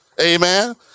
Amen